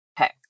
Okay